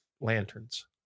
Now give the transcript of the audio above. lanterns